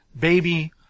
baby